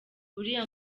uriya